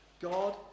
God